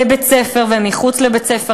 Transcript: בבית-ספר ומחוץ לבית-ספר,